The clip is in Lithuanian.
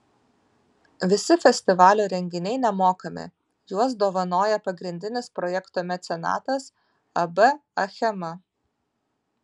visi festivalio renginiai nemokami juos dovanoja pagrindinis projekto mecenatas ab achema